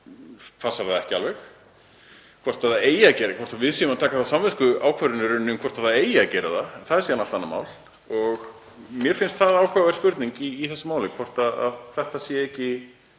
þarna passar það ekki alveg. Hvort það eigi að gera, hvort við séum að taka þá samviskuákvörðun hvort eigi að gera það, það er síðan allt annað mál. Mér finnst það áhugaverð spurning í þessu máli hvort þetta sé ekki